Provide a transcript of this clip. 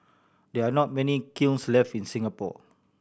there are not many kilns left in Singapore